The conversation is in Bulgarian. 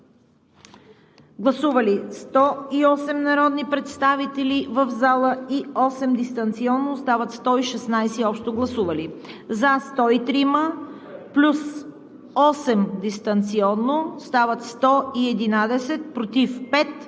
Гласували 108 народни представители в зала и 8 дистанционно – стават общо 116, за 103 плюс 8 дистанционно – стават 111, против 5,